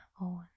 own